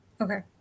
Okay